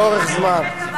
לאורך זמן.